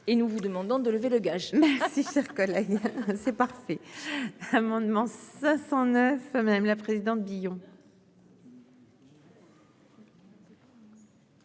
et nous vous demandons de lever le gage. Si cher collègue, c'est parfait, amendement 509 madame la présidente, Guillon.